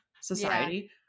society